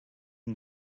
and